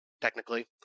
technically